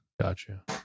Gotcha